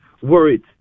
Worried